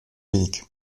weg